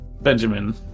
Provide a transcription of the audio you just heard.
Benjamin